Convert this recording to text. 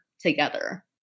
together